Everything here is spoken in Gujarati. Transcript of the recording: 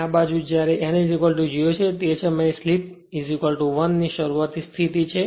અને આ બાજુ જ્યારે n 0 છે તે સમયે સ્લિપ 1 ની શરૂઆતી સ્થિતી છે